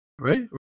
Right